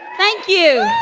thank you.